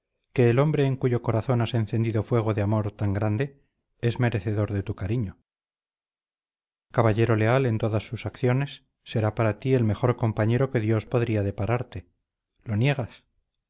que el hombre en cuyo corazón has encendido fuego de amor tan grande es merecedor de tu cariño caballero leal en todas sus acciones será para ti el mejor compañero que dios podría depararte lo niegas